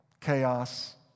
chaos